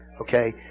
Okay